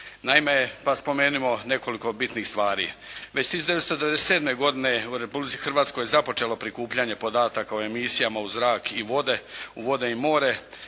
Naime, pa spomenimo nekoliko bitnih stvari. Već 1997. godine u Republici Hrvatskoj je započelo prikupljanje podataka o emisijama u zrak i vode i more,